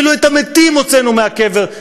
אפילו את המתים הוצאנו מהקבר,